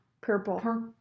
purple